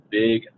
big